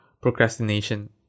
Procrastination